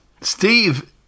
Steve